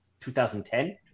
2010